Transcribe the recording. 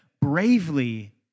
bravely